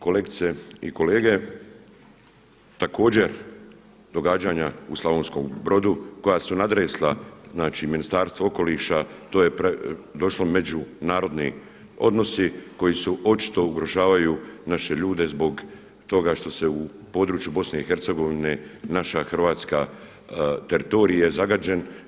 Kolegice i kolege, također događanja u Slavonskom Brodu koja su natresla znači Ministarstvo okoliša to je došlo u međunarodni odnosi koji su očito ugrožavaju naše ljude zbog toga što se u području BiH naša Hrvatska, teritorij je zagađen.